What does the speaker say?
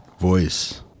voice